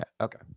okay